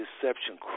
deception